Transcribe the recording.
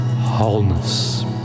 wholeness